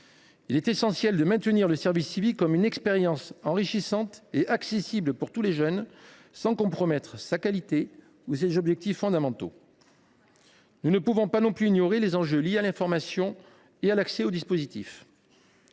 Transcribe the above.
Il est essentiel que le service civique demeure une expérience enrichissante et accessible pour tous les jeunes, sans que sa qualité ou ses objectifs fondamentaux soient compromis. Nous ne pouvons pas non plus ignorer les enjeux liés à l’information et à l’accès du dispositif.